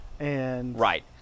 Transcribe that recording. Right